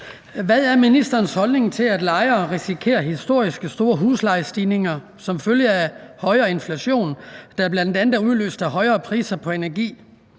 Hvad er ministerens holdning til, at lejere risikerer historisk store huslejestigninger som følge af højere inflation, der bl.a. er udløst af højere priser på energi,